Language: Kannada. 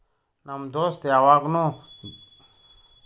ನಮ್ ದೋಸ್ತ ಯವಾಗ್ನೂ ಜಿಪೇ ಆ್ಯಪ್ ನಾಗಿಂದೆ ರೊಕ್ಕಾ ಕಳುಸ್ತಾನ್